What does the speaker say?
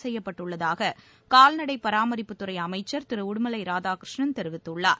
செய்யப்பட்டுள்ளதாக கால்நடை பராமரிப்புத்துறை அமைச்சர் திரு உடுமலை ராதாகிருஷ்ணன் தெரிவித்துள்ளார்